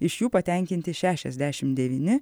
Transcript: iš jų patenkinti šešiasdešim devyni